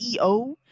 ceo